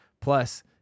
Plus